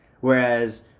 Whereas